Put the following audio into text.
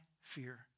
fear